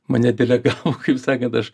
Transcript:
mane delegavo kaip sakėt aš